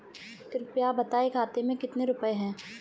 कृपया बताएं खाते में कितने रुपए हैं?